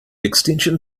extension